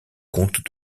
compte